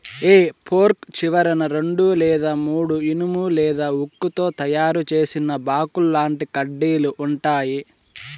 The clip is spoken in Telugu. హె ఫోర్క్ చివరన రెండు లేదా మూడు ఇనుము లేదా ఉక్కుతో తయారు చేసిన బాకుల్లాంటి కడ్డీలు ఉంటాయి